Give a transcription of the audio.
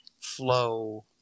flow –